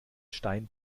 stein